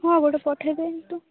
ହଁ ଗୋଟେ ପଠେଇ ଦିଅନ୍ତୁ